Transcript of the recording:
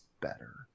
better